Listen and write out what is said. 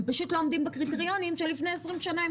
הם פשוט לא עומד בקריטריונים שלפני 20 שנה הם